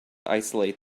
isolate